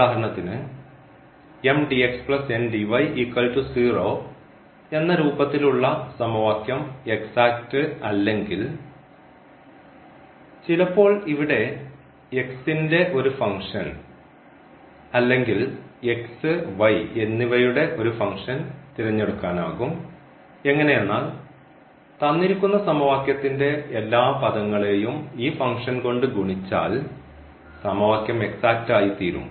ഉദാഹരണത്തിന് എന്ന രൂപത്തിൽ ഉള്ള സമവാക്യം എക്സാറ്റ് അല്ലെങ്കിൽ ചിലപ്പോൾ ഇവിടെ ൻറെ ഒരു ഫംഗ്ഷൻ അല്ലെങ്കിൽ എന്നിവയുടെ ഒരു ഫംഗ്ഷൻ തിരഞ്ഞെടുക്കാനാകും എങ്ങനെയെന്നാൽ തന്നിരിക്കുന്ന സമവാക്യത്തിൻറെ എല്ലാ പദങ്ങളെയും ഈ ഫംഗ്ഷൻ കൊണ്ട് ഗുണിച്ചാൽ സമവാക്യം എക്സാറ്റ് ആയിത്തീരും